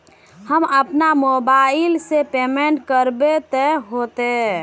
हम अपना मोबाईल से पेमेंट करबे ते होते?